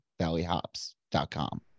valleyhops.com